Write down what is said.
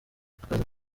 akaza